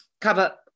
cover